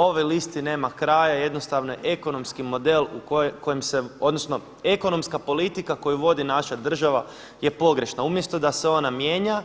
Ovoj listi nema kraja jednostavno ekonomski model u kojem se odnosno ekonomska politika koju vodi naša država je pogrešna, umjesto da se ona mijenja,